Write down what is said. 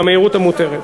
לא, במהירות המותרת.